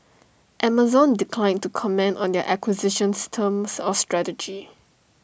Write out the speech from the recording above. Amazon declined to comment on the acquisition's terms or strategy